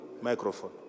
microphone